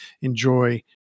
enjoy